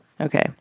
Okay